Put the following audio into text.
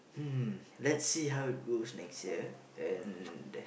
hmm let's see how it goes next year and